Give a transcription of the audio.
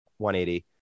180